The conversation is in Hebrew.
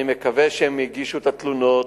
לא מתלוננים אני מקווה שהם הגישו את התלונות,